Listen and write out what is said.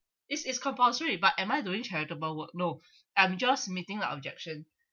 is is compulsory but am I doing charitable work no I'm just meeting the objection